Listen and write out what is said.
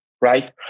right